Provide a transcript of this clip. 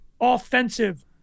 offensive